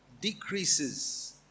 decreases